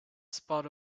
spur